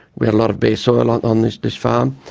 we had a lot of bare soil on on this this farm.